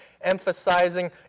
emphasizing